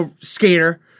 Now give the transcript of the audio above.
skater